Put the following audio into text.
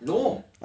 no